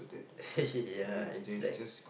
ya it's like